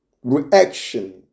reaction